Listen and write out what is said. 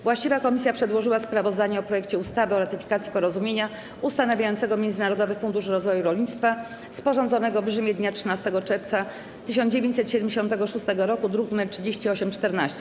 Właściwa komisja przedłożyła sprawozdanie o projekcie ustawy o ratyfikacji Porozumienia ustanawiającego Międzynarodowy Fundusz Rozwoju Rolnictwa, sporządzonego w Rzymie dnia 13 czerwca 1976 r., druk nr 3814.